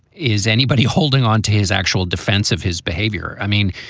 is anybody holding on to his actual defensive, his behavior? i mean,